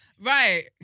Right